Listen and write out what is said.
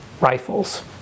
rifles